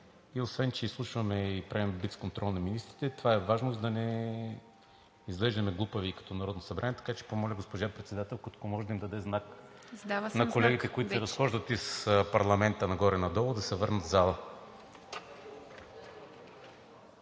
и освен че изслушваме и правим блицконтрол на министрите, това е важно, за да не изглеждаме глупави като Народно събрание. Ще помоля госпожа Председателката, ако може, да даде знак на колегите, които се разхождат из парламента нагоре-надолу, да се върнат в залата.